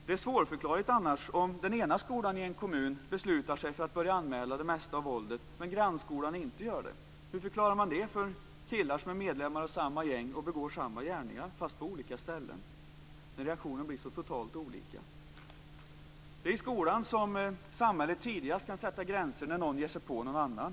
Det är svårförklarligt om den ena skolan i en kommun beslutar sig för att börja anmäla det mesta av våldet medan grannskolan inte gör det. Hur förklarar man för killar som är medlemmar av samma gäng och begår samma gärningar fast på olika ställen när reaktionen blir så totalt olika? Det är i skolan som samhället tydligast kan sätta gränser när någon ger sig på någon annan.